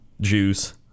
juice